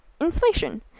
inflation